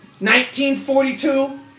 1942